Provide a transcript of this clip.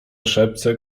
szepce